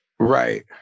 right